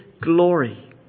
glory